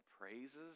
praises